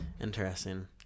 interesting